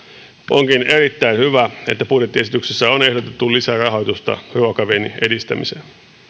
onkin erittäin hyvä että budjettiesityksessä on ehdotettu lisärahoitusta ruokaviennin edistämiseen